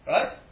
Right